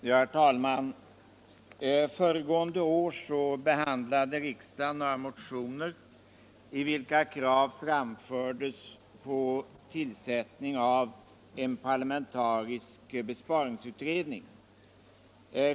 Herr talman! Föregående år behandlade riksdagen några motioner i vilka krav framfördes på tillsättning av en parlamentarisk besparingsutredning.